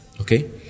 Okay